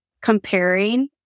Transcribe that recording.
comparing